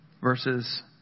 verses